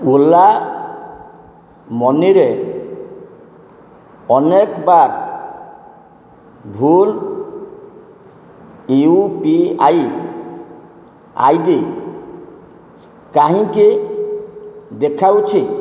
ଓଲା ମନିରେ ଅନେକ ବାର ଭୁଲ୍ ୟୁ ପି ଆଇ ଆଇଡ଼ି କାହିଁକି ଦେଖାଉଛି